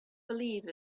believe